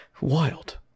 Wild